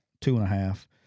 two-and-a-half